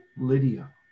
Lydia